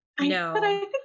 no